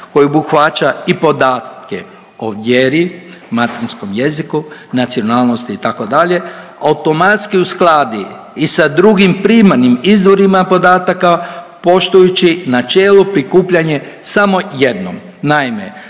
koji obuhvaća i podatke o vjeri, materinskom jeziku, nacionalnosti itd. automatski uskladi i sa drugim primarnim izvorima podataka poštujući načelo prikupljanje samo jednom. Naime,